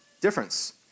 difference